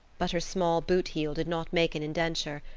but her small boot heel did not make an indenture,